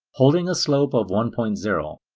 holding a slope of one point zero.